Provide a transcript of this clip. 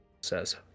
Says